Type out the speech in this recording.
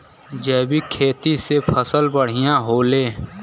जैविक खेती से फसल बढ़िया होले